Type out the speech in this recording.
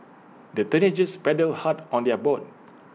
the teenagers paddled hard on their boat